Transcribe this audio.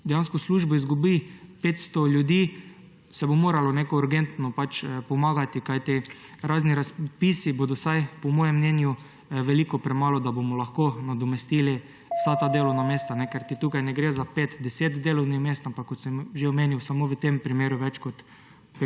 dejansko službo izgubi 500 ljudi, moralo nekako urgentno pomagati, kajti razni razpisi bodo po mojem mnenju veliko premalo, da bomo lahko nadomestili vsa ta delovna mesta. Kajti tukaj ne gre za pet, deset delovnih mest, ampak kot sem že omenil, samo v tem primeru več kot